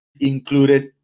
included